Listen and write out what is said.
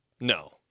no